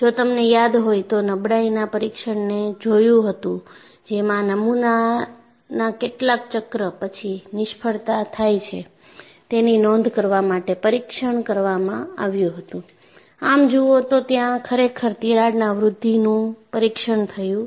જો તમને યાદ હોય તો નબળાઈના પરીક્ષણને જોયું હતું જેમાં નમુનાના કેટલા ચક્ર પછી નિષ્ફળતા થાય છે તેની નોંધ કરવા માટે પરીક્ષણ કરવામાં આવ્યુ હતું આમ જુઓ તો ત્યાં ખરેખર તિરાડના વૃદ્ધિનું પરીક્ષણ થયું નથી